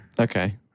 Okay